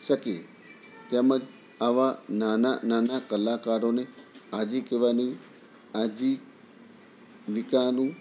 શકે તેમજ આવા નાના નાના કલાકારોને આજીવિકાનું